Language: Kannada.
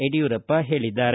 ಯಡಿಯೂರಪ್ಪ ಹೇಳಿದ್ದಾರೆ